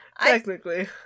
Technically